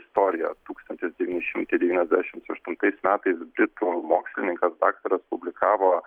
istorija tūkstantis devyni šimtai devyniasdešimt aštuntais metais britų mokslininkas daktaras publikavo